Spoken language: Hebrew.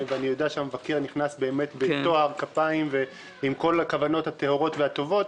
ואני יודע שהמבקר נכנס בטוהר כפיים עם כל הכוונות הטהורות והטובות,